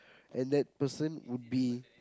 and that person would be